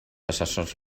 assessors